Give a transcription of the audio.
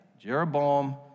Jeroboam